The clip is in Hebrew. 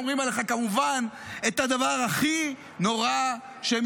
אומרים עליך כמובן את הדבר הכי נורא שהם